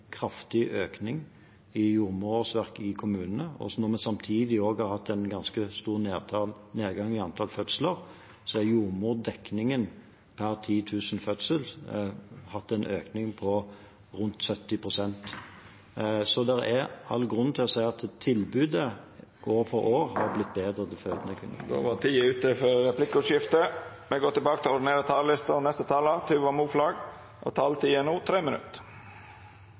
kraftig økning i jordmorårsverk i kommunene. Når vi samtidig også har hatt en ganske stor nedgang i antallet fødsler, har jordmordekningen per 10 000 fødsler hatt en økning på rundt 70 pst. Så det er all grunn til å si at tilbudet år for år har blitt bedre til fødende kvinner.